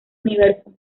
universo